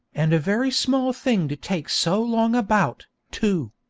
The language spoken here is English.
and a very small thing to take so long about, too.